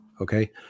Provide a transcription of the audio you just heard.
Okay